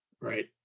right